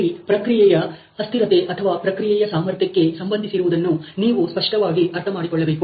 ಇಲ್ಲಿ ಪ್ರಕ್ರಿಯೆಯ ಅಸ್ಥಿರತೆ ಅಥವಾ ಪ್ರಕ್ರಿಯೆಯ ಸಾಮರ್ಥ್ಯಕ್ಕೆ ಸಂಬಂಧಿಸಿರುವುದನ್ನು ನೀವು ಸ್ಪಷ್ಟವಾಗಿ ಅರ್ಥಮಾಡಿಕೊಳ್ಳಬೇಕು